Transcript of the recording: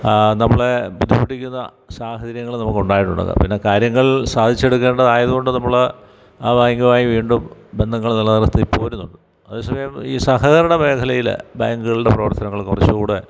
നമ്മളെ ബുദ്ധിമുട്ടിക്കുന്ന സാഹചര്യങ്ങള് നമുക്ക് ഉണ്ടായിട്ടുള്ളത് പിന്നെ കാര്യങ്ങൾ സാധിച്ചെടുക്കേണ്ടതായത് കൊണ്ട് നമ്മള് ആ ബാങ്കുമായി വീണ്ടും ബന്ധങ്ങള് നിലനിർത്തിപ്പോരുന്നുണ്ട് അതേസമയം ഈ സഹകരണ മേഖലയില് ബാങ്കുകളുടെ പ്രവർത്തനങ്ങള് കുറച്ചൂടെ